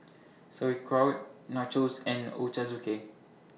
Sauerkraut Nachos and Ochazuke